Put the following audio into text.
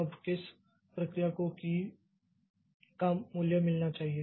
अब किस प्रक्रिया को की का मूल्य मिलना चाहिए